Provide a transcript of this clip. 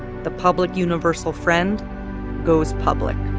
the public universal friend goes public